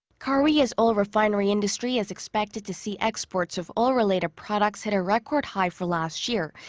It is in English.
korea's oil refinery industry is expected to see exports of oil-related products hit a record high for last year.